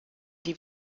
die